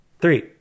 three